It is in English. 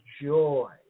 joy